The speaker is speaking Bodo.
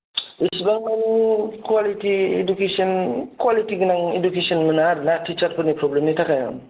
इसिबां माने क्वालिति इडुकेसन क्वालिटि गोनां इडुकेसन मोना आरो टिचारफोरनि प्रब्लेमनि थाखाय